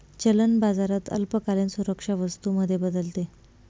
चलन बाजारात अल्पकालीन सुरक्षा वस्तू मध्ये बदलते